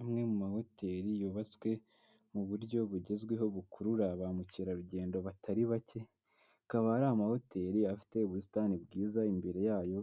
Amwe mu mahoteli yubatswe mu buryo bugezweho bukurura ba mukerarugendo batari bake, akaba ari amahoteli afite ubusitani bwiza imbere yayo